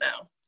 now